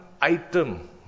item